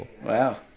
Wow